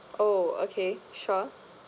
oh okay sure